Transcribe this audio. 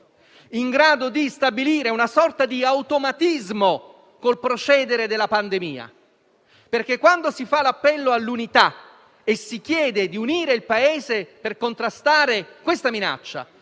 e di stabilire una sorta di automatismo con il procedere della pandemia. Quando, infatti, si fa appello all'unità e si chiede di unire il Paese per contrastare questa minaccia,